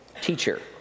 teacher